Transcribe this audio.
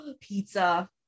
pizza